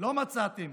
לא מצאתם,